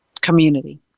community